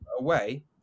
Away